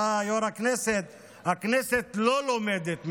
אתה יושב-ראש הכנסת, לא לומדת ממנו?